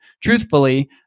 truthfully